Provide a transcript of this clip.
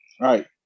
Right